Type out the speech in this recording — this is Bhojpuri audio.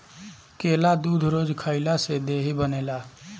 केला दूध रोज खइला से देहि बनेला